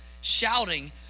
shouting